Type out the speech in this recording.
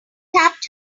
tapped